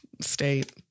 state